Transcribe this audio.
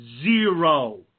zero